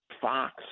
Fox